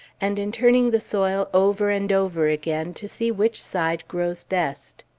and in turning the soil over and over again to see which side grows best.